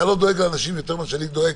אתה לא דואג לאנשים יותר ממה שאני דואג